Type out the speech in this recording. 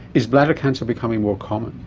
is bladder cancer becoming more common?